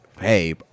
hey